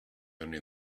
only